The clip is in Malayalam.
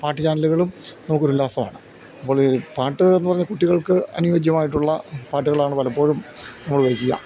പാട്ട് ചാനലുകളും നമുക്കൊരുല്ലാസമാണ് അപ്പോള് പാട്ടെന്ന് പറഞ്ഞാല് കുട്ടികൾക്ക് അനുയോജ്യമായിട്ടുള്ള പാട്ടുകളാണ് പലപ്പോഴും നമ്മള് വെയ്ക്കുക